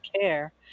care